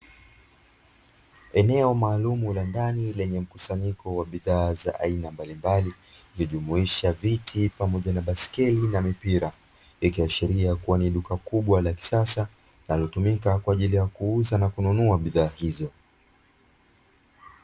Eneo maalumu la ndani lenye mkusanyiko wa bidhaa za aina mbalimbali, ikijumuisha viti pamoja na baiskeli na mipira, ikiashiria kuwa ni duka kubwa la kisasa; linalotumika kwaajili ya kuuza na kununua bidhaa hizo.